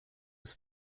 was